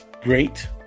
great